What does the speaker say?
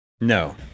No